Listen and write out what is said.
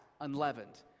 unleavened